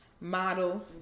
model